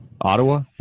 Ottawa